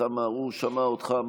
אני אתן לך את קורות החיים.